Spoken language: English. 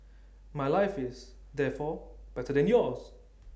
my life is therefore better than yours